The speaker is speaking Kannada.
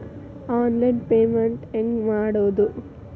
ಆನ್ಲೈನ್ ಪೇಮೆಂಟ್ ಹೆಂಗ್ ಮಾಡೋದು?